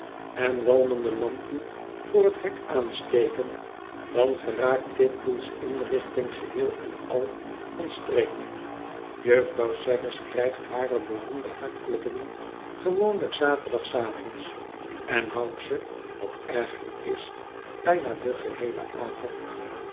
en walmende lampen voor t hek aansteken dan geraakt titbull's inrichting geheel en al van streek juffrouw saggers krijgt hare beroemde hartkloppingen gewoonlijk szaterdagsavonds en houdt ze wat erger is bijna den geheelen avond